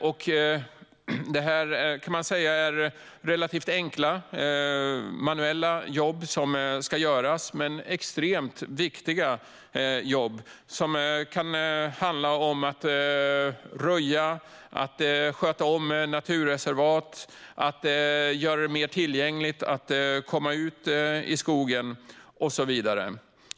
Man kan säga att det handlar om relativt enkla manuella jobb som ska göras, men det är extremt viktiga jobb. Det kan handla om att röja, sköta om naturreservat, göra skogen mer tillgänglig att komma ut i och så vidare.